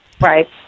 Right